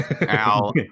Al